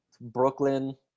Brooklyn